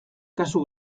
kasu